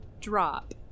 drop